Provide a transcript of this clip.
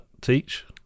Teach